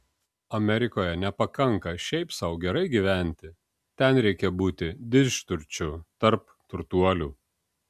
amerikoje nepakanka šiaip sau gerai gyventi ten reikia būti didžturčiu tarp turtuolių